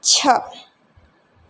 છ